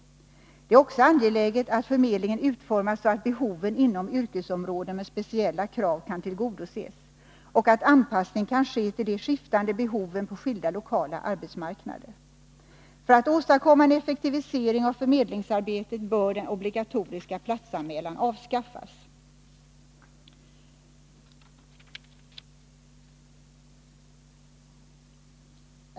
Det är också angeläget att förmedlingen utformas så, att behoven inom yrkesområden med speciella krav kan tillgodoses och att anpassning kan ske till de skiftande behoven på skilda lokala arbetsmarknader. För att åstadkomma en effektivisering av förmedlingsarbetet bör den obligatoriska platsanmälan avvecklas.